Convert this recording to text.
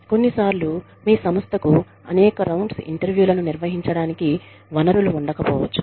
కొన్నిసార్లు మీ సంస్థకు అనేక రౌండ్స్ ఇంటర్వ్యూలను నిర్వహించడానికి వనరులు ఉండకపోవచ్చు